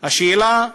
השאלה,